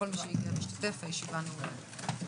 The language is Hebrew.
הישיבה נעולה.